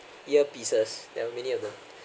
earpieces there were many of them